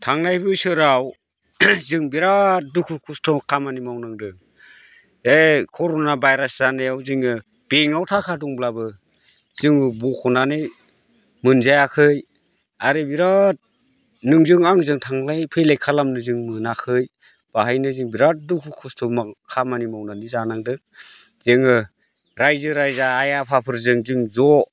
थांनाय बोसोराव जों बिराद दुखु खस्थ' खामानि मावनांदों बे कर'ना भाइरास जानायाव जोङो बेङाव थाखा दंब्लाबो जों बख'नानै मोनजायाखै आरो बिराद नोंजों आंजों थांलाय फैलाय खालामनो जों मोनाखै बाहायनो जों बिराद दुखु खस्थ'खामानि मावनानै जानांदों जोङो राइजो राजा आइ आफाफोरजों जों ज'